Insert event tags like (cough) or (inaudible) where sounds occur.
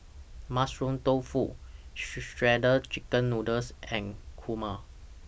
Mushroom Tofu (noise) Shredded Chicken Noodles and Kurma